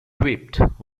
equipped